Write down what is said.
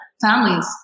families